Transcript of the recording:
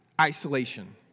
isolation